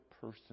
person